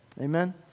Amen